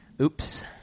Oops